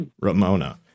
Ramona